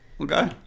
Okay